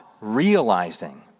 realizing